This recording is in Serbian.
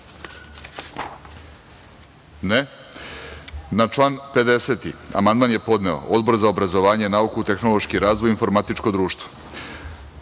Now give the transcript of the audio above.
(Ne.)Na član 50. amandman je podneo Odbor za obrazovanje, nauku, tehnološki razvoj, informatičko